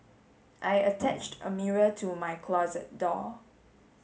I attached a mirror to my closet door